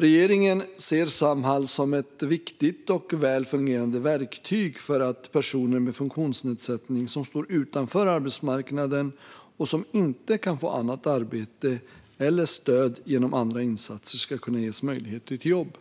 Regeringen ser Samhall som ett viktigt och väl fungerande verktyg för att personer med funktionsnedsättning som står utanför arbetsmarknaden och som inte kan få annat arbete eller stöd genom andra insatser ska kunna ges möjlighet till ett jobb.